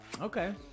Okay